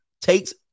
takes